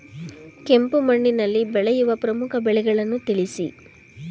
ಕೆಂಪು ಮಣ್ಣಿನಲ್ಲಿ ಬೆಳೆಯುವ ಪ್ರಮುಖ ಬೆಳೆಗಳನ್ನು ತಿಳಿಸಿ?